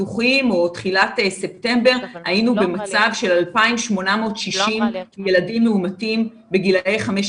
פתוחים או תחילת ספטמבר היינו במצב של 2,860 ילדים מאומתים בגילאי 15